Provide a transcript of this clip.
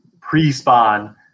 pre-spawn